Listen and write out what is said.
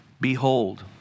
Behold